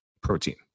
protein